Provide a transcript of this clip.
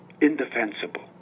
Indefensible